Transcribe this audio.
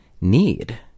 need